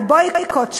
ל-boycott,